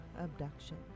abduction